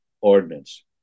ordinance